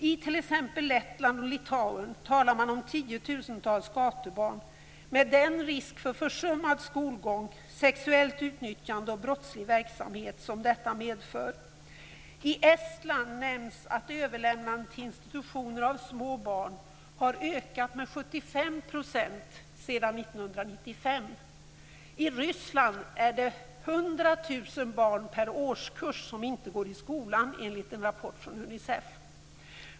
I t.ex. Lettland och Litauen talar man om tiotusentals gatubarn med den risk för försummad skolgång, sexuellt utnyttjande och brottslig verksamhet som detta medför. I Estland nämns att överlämnandet av små barn till institutioner har ökat med 75 % sedan 1995. I Ryssland är det 100 000 barn per årskurs som inte går i skolan, enligt en rapport från Unicef.